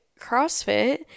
CrossFit